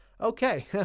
Okay